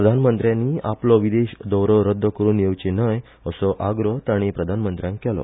प्रधानमंत्र्यानी आपलो विदेश दौरो रद्द करुन येवचे न्हय असो आग्रो ताणी प्रधानमंत्र्याक केलो